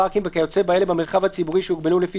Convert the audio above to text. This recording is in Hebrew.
פארקים וכיוצא באלה במרחב הציבורי שהוגבלו לפי